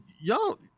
Y'all